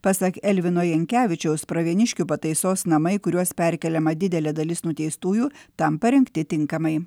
pasak elvino jankevičiaus pravieniškių pataisos namai į kuriuos perkeliama didelė dalis nuteistųjų tam parengti tinkamai